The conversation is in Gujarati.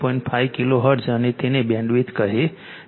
5 કહો કિલોહર્ટ્ઝ તેને બેન્ડવિડ્થ કહે છે